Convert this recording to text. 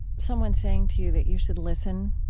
someone saying to you that you should listen?